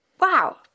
Wow